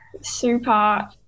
super